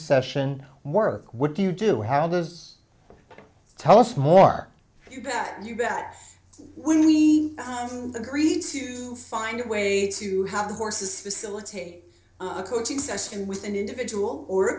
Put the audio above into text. session work what do you do how to tell us more you back you back when we agree to find a way to have the horses facilitate a coaching session with an individual or